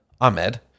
Ahmed